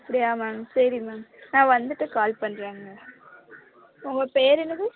அப்படியா மேம் சரி மேம் நான் வந்துட்டு கால் பண்ணுறேன் அங்கே உங்கள் பேர் என்னது